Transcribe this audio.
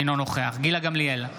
אינו נוכח גילה גמליאל,